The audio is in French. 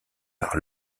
par